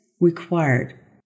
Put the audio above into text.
required